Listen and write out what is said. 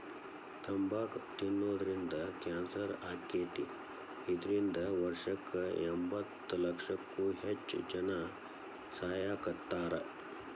ತಂಬಾಕ್ ತಿನ್ನೋದ್ರಿಂದ ಕ್ಯಾನ್ಸರ್ ಆಕ್ಕೇತಿ, ಇದ್ರಿಂದ ವರ್ಷಕ್ಕ ಎಂಬತ್ತಲಕ್ಷಕ್ಕೂ ಹೆಚ್ಚ್ ಜನಾ ಸಾಯಾಕತ್ತಾರ